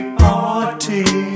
party